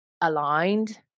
aligned